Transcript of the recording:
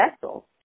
vessel